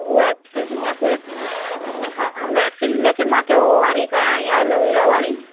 waxing waxing हा waxing लेकिनि मांखे उहो वारी कराइणी आहे एलोवीरा वारी